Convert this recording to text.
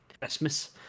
Christmas